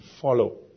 follow